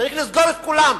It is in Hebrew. צריך לסגור את כולם.